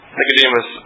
Nicodemus